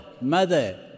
mother